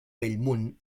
bellmunt